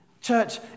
Church